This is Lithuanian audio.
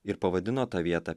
ir pavadino tą vietą